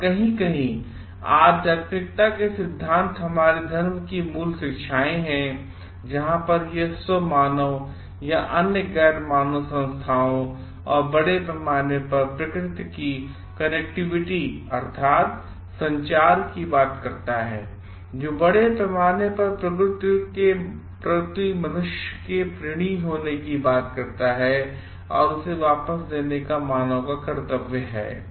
और कहीं आध्यात्मिकता के सिद्धांत हमारे धर्म की मूल शिक्षाएँ हैंजहां यह स्वमानव और अन्य गैर मानव संस्थाओं और बड़े पैमाने पर प्रकृति की कनेक्टिविटी संचार की बात करता हैजो बड़े पैमाने पर प्रकृति के प्रति मनुष्य के ऋणी होने की बात करता है इसलिए उसे वापस देने का मानव का कर्त्तव्य है